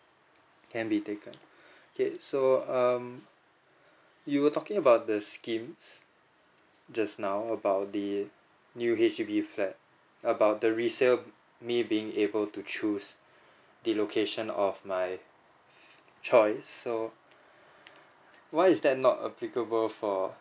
can be taken okay so um you were talking about the schemes just now about the new H_D_B flat about the resale me being able to choose the location of my f~ choice so I why is that not applicable for